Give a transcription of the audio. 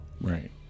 Right